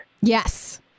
yes